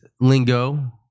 Lingo